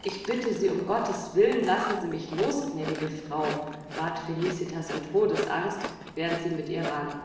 ich bitte sie um gottes willen lassen sie mich los gnädige frau bat felicitas in todesangst während sie mit ihr rang